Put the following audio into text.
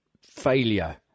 failure